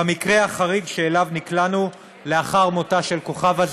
במקרה החריג שאליו נקלענו לאחר מותה של כוכבה,